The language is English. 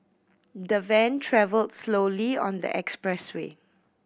the van travelled slowly on the expressway